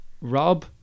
Rob